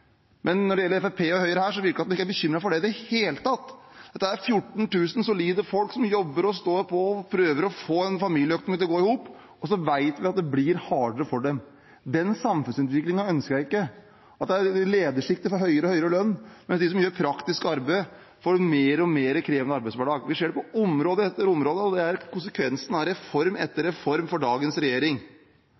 Men når det gjelder Fremskrittspartiet og Høyre her, virker det ikke som om de er bekymret i det hele tatt. Det er 14 000 solide folk som jobber og står på og prøver å få en familieøkonomi til å gå i hop, og så vet vi at det blir hardere for dem. Jeg ønsker ikke en samfunnsutvikling der ledersjiktet får høyere og høyere lønn, mens de som gjør praktisk arbeid, får en mer og mer krevende arbeidshverdag. Vi ser det på område etter område, og det er konsekvensene av reform etter reform fra dagens regjering.